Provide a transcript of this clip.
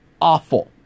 awful